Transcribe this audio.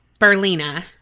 Berlina